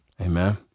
Amen